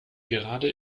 gerade